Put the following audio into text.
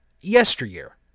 yesteryear